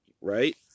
right